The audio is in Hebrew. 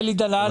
אלי דלל.